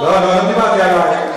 לא, לא דיברתי עלייך.